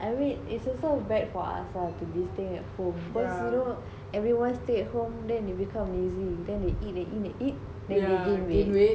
I mean it's also bad for us lah to be staying at home cause you know everyone stay at home then you become lazy then eat they eat they eat then they gain weight